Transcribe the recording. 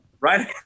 right